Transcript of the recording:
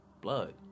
blood